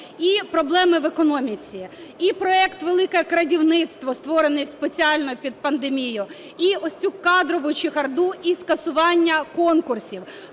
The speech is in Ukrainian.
і проблеми в економіці, і проект "велике крадівництво", створений спеціально під пандемію, і ось цю кадрову чехарду, і скасування конкурсів.